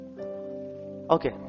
Okay